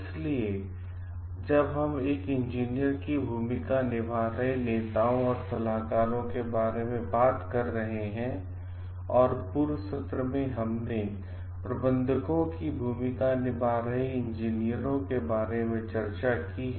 इसलिए जब हम एक इंजीनियर की भूमिका निभा रहे नेताओं और सलाहकारों के बारे में बात कर रहे हैं और पूर्व सत्र में हमने प्रबंधकों की भूमिका निभा रहे इंजीनियरों के बारे में चर्चा की है